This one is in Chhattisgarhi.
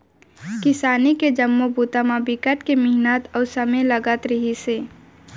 किसानी के जम्मो बूता म बिकट के मिहनत अउ समे लगत रहिस हे